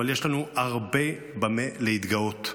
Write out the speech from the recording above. אבל יש לנו הרבה במה להתגאות.